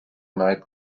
night